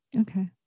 Okay